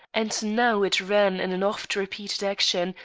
and now it ran in an oft-repeated action,